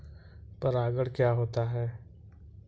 परागण क्या होता है?